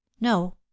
no